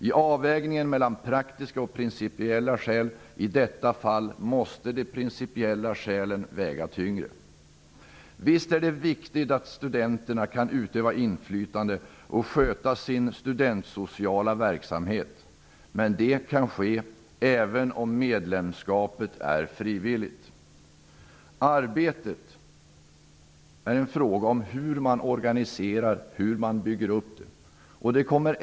I avvägningen mellan praktiska och principiella skäl i detta fall måste de principiella skälen väga tyngre. Visst är det viktigt att studenterna kan utöva inflytande och sköta sin studentsociala verksamhet, men det kan ske även om medlemskapet är frivilligt. Det är en fråga om hur man organiserar och bygger upp arbetet.